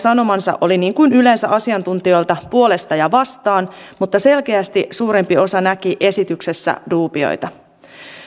sanomansa oli niin kuin yleensä asiantuntijoilta puolesta ja vastaan mutta selkeästi suurempi osa näki esityksessä duubioita